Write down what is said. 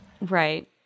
Right